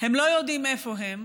הם לא יודעים איפה הם.